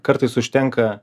kartais užtenka